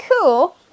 Cool